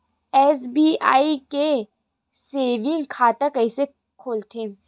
SBI के saving खाता कइसे खोलथे?